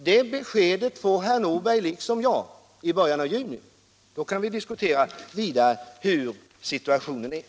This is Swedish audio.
Det beskedet får herr Nordberg liksom jag i börjar. av juni. Då kan vi diskutera situationen vidare.